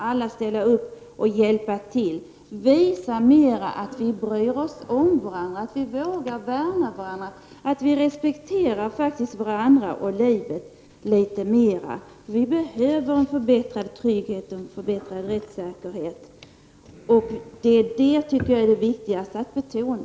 Alla måste hjälpa till och visa att vi bryr oss om varandra, att vi vågar värna om varandra och att vi faktiskt respekterar varandra och livet litet mera. Vi behöver en förbättrad trygghet och en förbättrad rättssäkerhet. Detta tycker jag är det viktigaste att betona.